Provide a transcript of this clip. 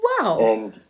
Wow